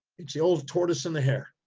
it's the old tortoise and the hare.